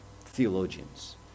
theologians